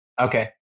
Okay